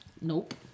Nope